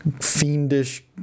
fiendish